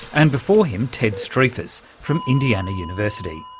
and before him, ted striphas from indiana university.